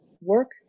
work